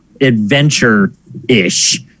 adventure-ish